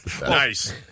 Nice